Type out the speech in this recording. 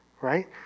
right